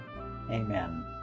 amen